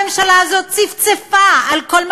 הם שידרו את הזלזול בחברי